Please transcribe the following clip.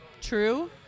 True